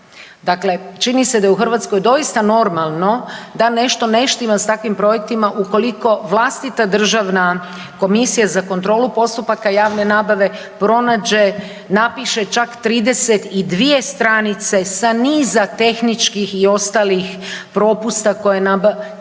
Dakle, čini se da je u Hrvatskoj doista normalno da nešto ne štima s takvim projektima ukoliko vlastita Državna komisija za kontrolu postupaka javne nabave pronađe, napiše čak 32 stranice sa niza tehničkih i ostalih propusta koje je